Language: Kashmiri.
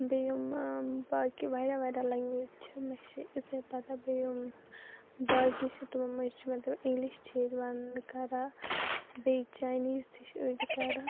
بیٚیہِ یِم باقٕے واریاہ واریاہ لَنگویج چھِ مےٚ چھ اِژاے پَتہ بیٚیہِ یِم باقٕے چھِ تِمو مَنز چھِ مطلب اِنگلِش چھِ ییٚتہِ وننہٕ کَران بیٚیہِ چاینیٖز تہِ چھِ أڑۍ کَران